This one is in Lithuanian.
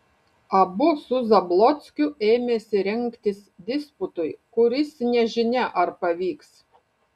abu su zablockiu ėmėsi rengtis disputui kuris nežinia ar pavyks